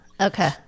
Okay